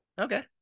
Okay